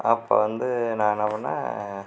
அப்போ வந்து நான் என்ன பண்ணேன்